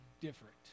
different